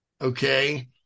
okay